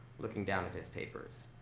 looking down at his papers.